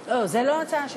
לא, זו לא הצעה שלי.